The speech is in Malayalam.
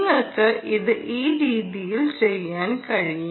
നിങ്ങൾക്ക് ഇത് ഈ രീതിയിൽ ചെയ്യാൻ കഴിയും